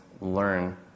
learn